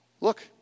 Look